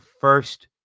first